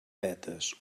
vetes